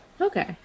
Okay